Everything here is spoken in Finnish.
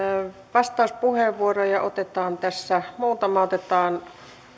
vastauspuheenvuoroja otetaan tässä muutama otetaan